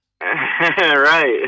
Right